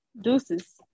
Deuces